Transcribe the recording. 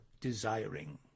desiring